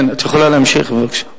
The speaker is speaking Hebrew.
את יכולה להמשיך, בבקשה.